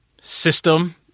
system